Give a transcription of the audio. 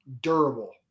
durable